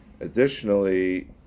Additionally